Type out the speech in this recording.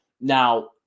Now